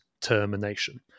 termination